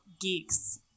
geeks